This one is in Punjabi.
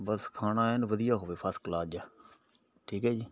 ਬਸ ਖਾਣਾ ਐਨ ਵਧੀਆ ਹੋਵੇ ਫਸਟ ਕਲਾਸ ਜਿਹਾ ਠੀਕ ਹੈ ਜੀ